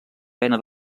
pena